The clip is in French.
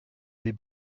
des